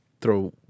throw